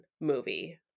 movie